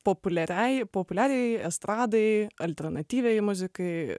populiariai populiariajai estradai alternatyviajai muzikai